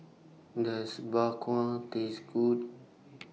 Does Bak Kwa Taste Good